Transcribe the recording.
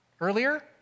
earlier